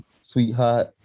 Sweetheart